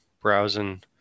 browsing